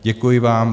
Děkuji vám.